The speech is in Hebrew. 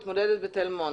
מתמודדת בתל מונד,